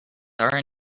are